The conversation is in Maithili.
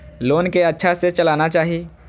लोन के अच्छा से चलाना चाहि?